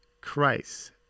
Christ